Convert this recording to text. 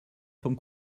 vom